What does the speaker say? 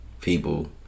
people